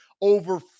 over